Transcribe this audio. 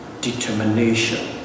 determination